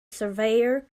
surveyor